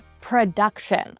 production